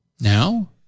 Now